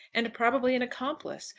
and probably an accomplice,